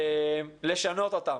לשנות אותן,